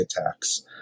attacks